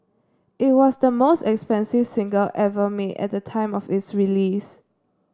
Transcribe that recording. it was the most expensive single ever made at the time of its release